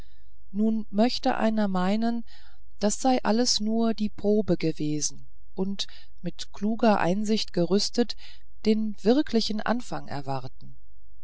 nun möchte einer meinen das sei alles nur die probe gewesen und mit kluger einsicht gerüstet den wirklichen anfang erwarten